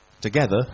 together